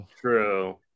True